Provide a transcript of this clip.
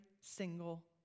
single